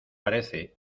parece